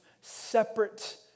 separate